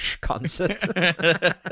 concert